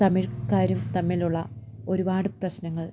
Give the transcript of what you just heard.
തമിഴ്കാരും തമ്മിലുള്ള ഒരുപാട് പ്രശ്നങ്ങൾ